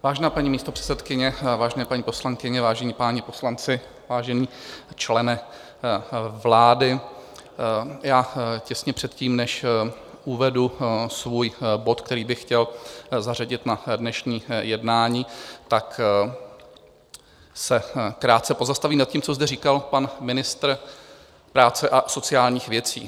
Vážená paní místopředsedkyně, vážené paní poslankyně, vážení páni poslanci, vážený člene vlády, těsně před tím, než uvedu svůj bod, který bych chtěl zařadit na dnešní jednání, se krátce pozastavím nad tím, co zde říkal pan ministr práce a sociálních věcí.